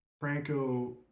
franco